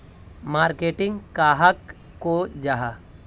Marketing कहाक को जाहा?